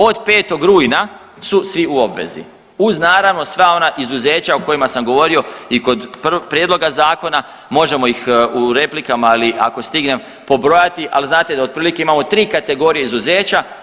Od 5. rujna su svi u obvezi uz naravno sva ona izuzeća o kojima sam govorio i kod prvog prijedloga zakona, možemo ih u replikama ili ako stignem pobrojati, ali znate da otprilike imamo 3 kategorije izuzeća.